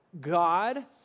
God